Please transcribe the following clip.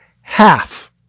Half